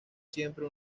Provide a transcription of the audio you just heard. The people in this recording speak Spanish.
siempre